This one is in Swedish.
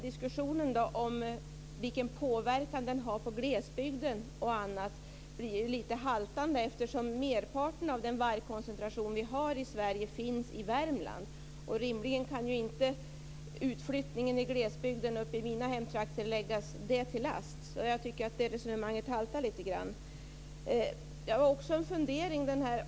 Diskussionen om vilken påverkan vargen har på glesbygden blir lite haltande eftersom merparten av den vargkoncentration vi har i Sverige finns i Värmland. Rimligen kan inte utflyttningen från glesbygden i mina hemtrakter läggas det till last. Jag tycker att det resonemanget haltar lite grann. Jag har också en fundering.